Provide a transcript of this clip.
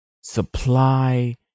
supply